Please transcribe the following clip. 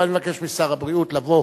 ואני מבקש משר הבריאות לבוא